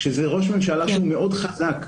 כשזה ראש ממשלה מאוד חזק,